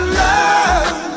love